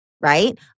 right